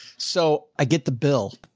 so i get the bill.